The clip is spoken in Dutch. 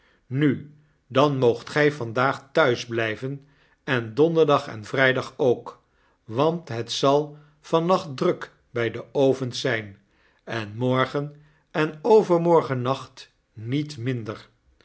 nu dan moogt gg vandaagthuis biyven en donderdag en vrydag ook want het zal van nacht druk bij de ovens zgn en morgen en overmorgennacht niet minder